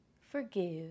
forgive